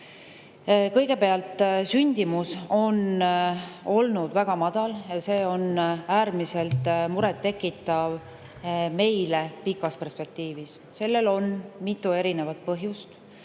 sündimus on olnud väga madal ja see on äärmiselt murettekitav meie jaoks pikas perspektiivis. Sellel on mitu eri põhjust.